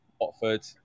Watford